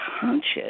conscious